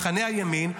מחנה הימין,